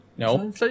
No